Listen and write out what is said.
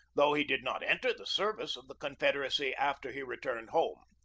though he did not enter the service of the con federacy after he returned home.